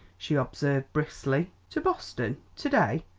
she observed briskly. to boston to-day?